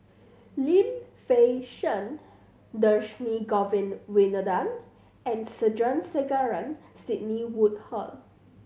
Lim Fei Shen Dhershini Govin Winodan and Sandrasegaran Sidney Woodhull